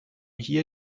hier